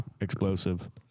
explosive